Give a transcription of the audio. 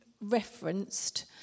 referenced